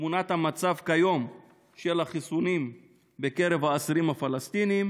תמונת המצב כיום של החיסונים בקרב האסירים הפלסטינים?